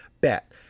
bet